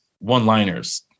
one-liners